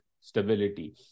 stability